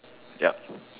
yup